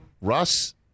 Russ